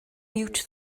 mute